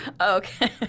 Okay